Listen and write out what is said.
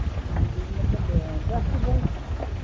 اَچھا ٹھیٖک مطلب ٹیٚسٹہٕ گٔے نا